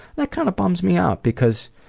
that kind of bums me out, because